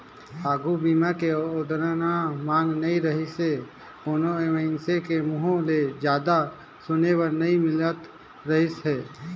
आघू बीमा के ओतना मांग नइ रहीसे कोनो मइनसे के मुंहूँ ले जादा सुने बर नई मिलत रहीस हे